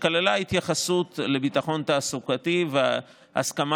שכללה התייחסות לביטחון תעסוקתי והסכמה